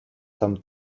some